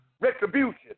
retribution